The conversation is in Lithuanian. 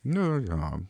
nu jo